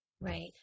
Right